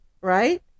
right